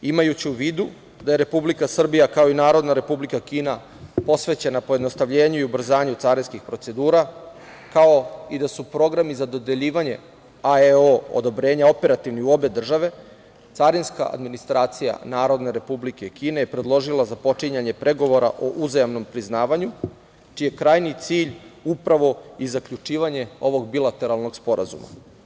Imajući u vidu da RS kao i Narodna Republika Kina posvećena pojednostavljenju i ubrzanju carinskih procedura, kao i da su programi za dodeljivanje AEO odobrenja operativni u obe države, Carinska administracija Narodne Republike Kine je predložila započinjanje pregovora u uzajamnom priznavanju čiji je krajnji cilj upravo i zaključivanje ovog bilateralnog sporazuma.